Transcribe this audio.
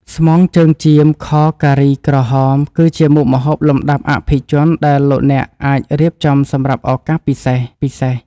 ស្មងជើងចៀម ខ ការីក្រហម គឺជាមុខម្ហូបលំដាប់អភិជនដែលលោកអ្នកអាចរៀបចំសម្រាប់ឱកាសពិសេសៗ។